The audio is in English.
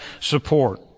support